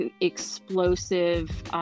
explosive